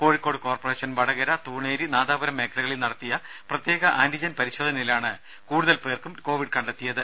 Kozhikode corporation Vadakara Thuneri Nadapuram മേഖലകളിൽ നടത്തിയ പ്രത്യേകം ആന്റിജൻപരിശോധനയിലാണ് കൂടുതൽ പേർക്ക് കോവിഡ് കണ്ടെത്തിയത്